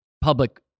public